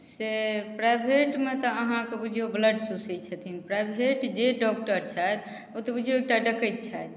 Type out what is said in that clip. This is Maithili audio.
से प्राइभेटमे तऽ अहाँके बुझियौ जे ब्लड चूसै छथिन प्राइभेट जे डॉक्टर छथि ओ तऽ बुझियौ एकटा डकैत छथि